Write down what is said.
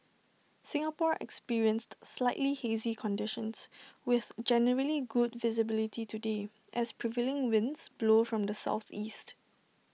Singapore experienced slightly hazy conditions with generally good visibility today as prevailing winds blow from the Southeast